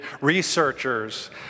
researchers